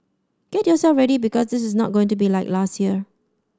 get yourself ready because this is not going to be like last year